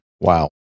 Wow